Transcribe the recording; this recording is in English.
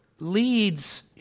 leads